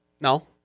no